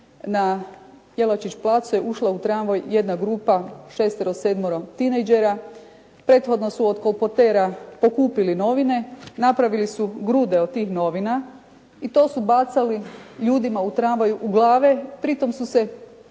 na Jelačić placu je ušla u tramvaj jedna grupa, šestero, sedmero tinejdžera, prethodno su od kolportera pokupili novine, napravili su grude od tih novina i to su bacali ljudima u tramvaju u glave, pritom su se smijali,